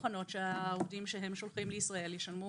מוכנות שהעובדים שהם שולחים לישראל ישלמו